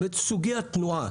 בסוגיית תנועה